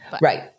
Right